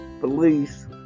police